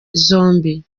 zombi